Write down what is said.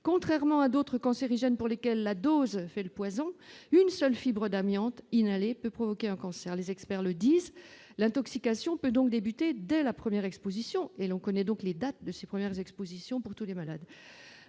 contrairement à d'autres cancérigène pour lesquels la dose fait le poison, une seule fibre d'amiante inhalées peut provoquer un cancer les experts le disent l'intoxication peut donc débuter dès la première Exposition et l'on connaît donc les dates de ses premières expositions pour tous les malades,